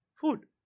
food